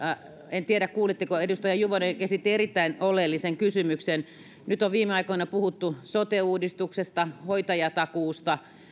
en tiedä kuulitteko mutta oikeastaan edustaja juvonen esitti erittäin oleellisen kysymyksen nyt on viime aikoina puhuttu sote uudistuksesta hoitajatakuusta